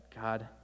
God